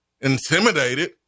intimidated